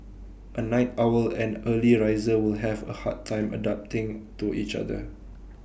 A night owl and early riser will have A hard time adapting to each other